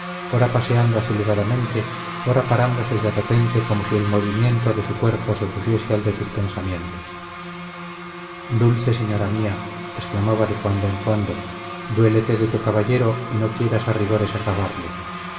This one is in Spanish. ora paseando aceleradamente ora parándose de repente como si el movimiento de su cuerpo se opusiese al de sus pensamientos dulce señora mía exclamaba de cuando en cuando duélete de tu caballero y no quieras a rigores acabarle